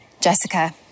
Jessica